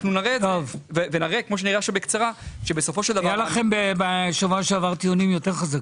בשבוע שעבר היו לכם טיעונים יותר חזקים.